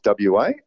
WA